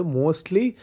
mostly